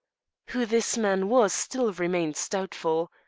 who this man was still remains doubtful.